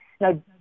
Now